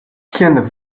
kien